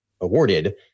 awarded